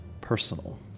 personal